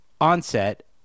onset